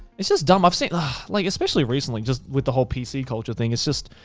it's just dumb. i've seen like, especially recently just with the whole pc culture thing, it's just,